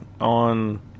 on